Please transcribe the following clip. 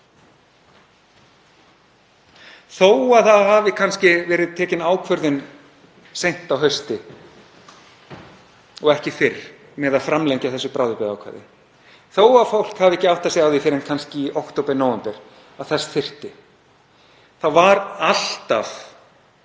Þó að það hafi kannski verið tekin ákvörðun seint á hausti og ekki fyrr um að framlengja þetta bráðabirgðaákvæði, þó að fólk hafi ekki áttað sig á því fyrr en kannski í október eða nóvember að þess þyrfti, þá var alltaf